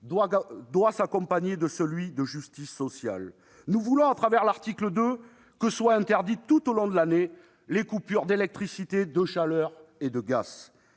doit s'accompagner de celui de justice sociale. Nous voulons, à travers l'article 2, que soient interdites tout au long de l'année les coupures d'électricité, de chaleur et de gaz.